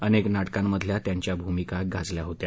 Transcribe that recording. अनेक नाटकांमधल्या त्यांच्या भूमिका गाजल्या होत्या